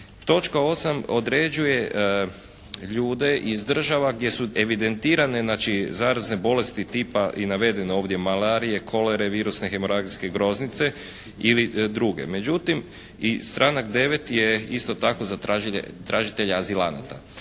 točka 8. određuje ljude iz država gdje su evidentirane znači zarazne bolesti tipa i navedene ovdje malarije, kolere, virusne hemoragijske groznice ili druge. Međutim, i članak 9. je isto tako za tražitelje azilanata.